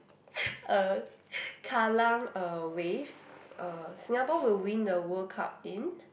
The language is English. uh Kallang uh wave uh Singapore will win the World-Cup in